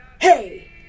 hey